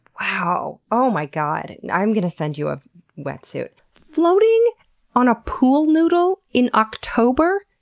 wow. oh my god. i'm going to send you a wetsuit. floating on a pool noodle in october?